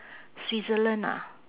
switzerland ah